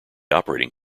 operating